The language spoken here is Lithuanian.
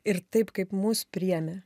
ir taip kaip mus priėmė